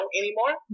anymore